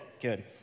good